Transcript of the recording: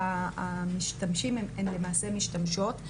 המשתמשים הם למעשה משתמשות,